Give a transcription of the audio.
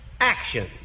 action